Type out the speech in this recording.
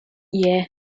year